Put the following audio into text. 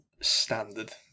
standard